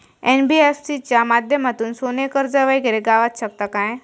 NBFC च्या माध्यमातून सोने कर्ज वगैरे गावात शकता काय?